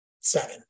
seven